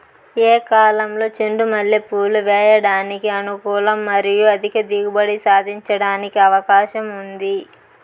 ఏ కాలంలో చెండు మల్లె పూలు వేయడానికి అనుకూలం మరియు అధిక దిగుబడి సాధించడానికి అవకాశం ఉంది?